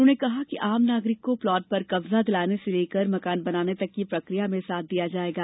उन्होंने कहा कि आम नागरिक को प्लाट पर कब्जा दिलाने से लेकर मकान बनाने तक की प्रक्रिया में साथ दिया जाएगा